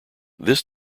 this